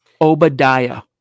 Obadiah